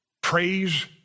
Praise